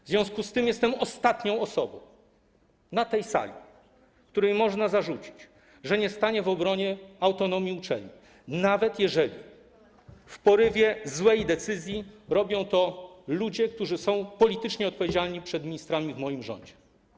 W związku z tym jestem ostatnią osobą na tej sali, której można zarzucić, że nie stanie w obronie autonomii uczelni, nawet jeżeli w porywie złej decyzji robią to ludzie, którzy są politycznie odpowiedzialni przed ministrami w moim rządzie.